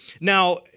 Now